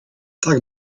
tak